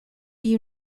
you